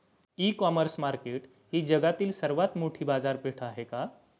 इ commerce market ही जगातील सर्वात मोठी बाजारपेठ आहे का?